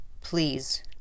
please